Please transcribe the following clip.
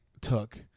took